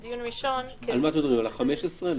(3)דיון בעניינו של עצור לפי סעיפים 15 או 17,